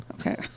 Okay